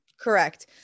Correct